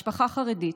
משפחה חרדית,